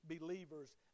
believers